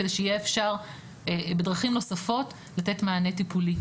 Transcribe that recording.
כדי שיהיה אפשר בדרכים נוספות לתת מענה טיפולי.